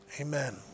Amen